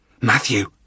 Matthew